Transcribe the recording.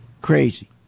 Crazy